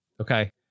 Okay